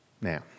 Now